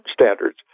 standards